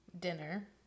dinner